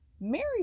Mary